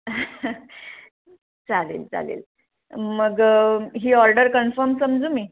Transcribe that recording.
चालेल चालेल मग ही ऑर्डर कन्फर्म समजू मी